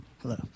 Hello